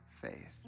faith